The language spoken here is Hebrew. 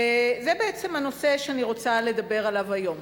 וזה בעצם הנושא שאני רוצה לדבר עליו היום: